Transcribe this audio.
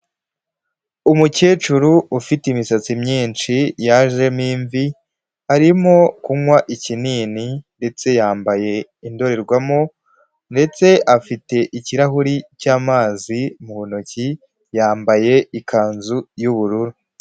Umukecuru ufite imisatsi myinshi yajemo imvi, arimo kunywa ikinini ndetse yambaye indorerwamo, ndetse afite ikirahuri cy'amazi mu ntoki, yambaye ikanzu y'ubururu.